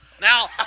Now